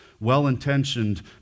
Well-intentioned